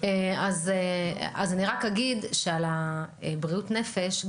אני רק אגיד שעל בריאות הנפש,